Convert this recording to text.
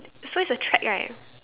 so it's a track right